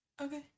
Okay